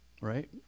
Right